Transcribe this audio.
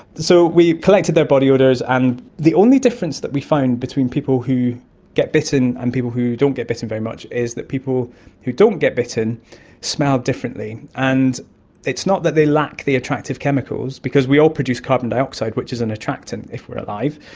so we collected their body odours, and the only difference that we found between people who get bitten and people who don't get bitten very much is that people who don't get bitten smell differently. and it's not that they lack the attractive chemicals because we all produce carbon dioxide which is an attractant if we are alive.